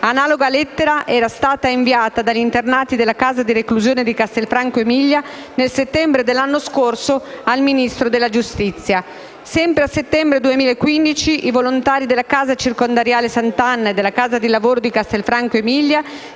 Analoga lettera era stata inviata dagli internati della casa di reclusione di Castelfranco Emilia, nel settembre dell'anno scorso, al Ministero della giustizia. Sempre nel settembre 2015 i volontari della casa circondariale Sant'Anna e della casa di lavoro di Castelfranco Emilia